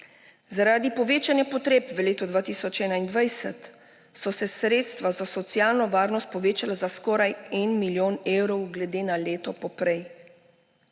Zaradi povečanja potreb v letu 2021 so se sredstva za socialno varnost povečala za skoraj en milijon evrov glede na leto poprej.